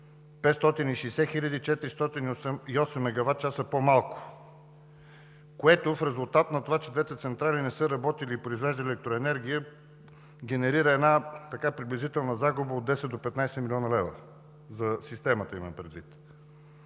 560 408 мегаватчаса по-малко, което в резултат на това, че двете централи не са работили и произвеждали електроенергия генерира приблизителна загуба от 10 до 15 млн. лв. – за системата имам предвид.